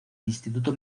instituto